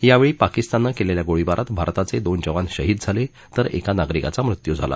यावेळी पाकिस्ताननं केलेल्या गोळीबारात भारताचे दोन जवान शहीद झाले तर एका नागरिकाचा मृत्यू झाला